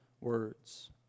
words